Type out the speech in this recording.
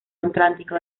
atlántico